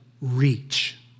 REACH